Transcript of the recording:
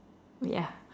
ya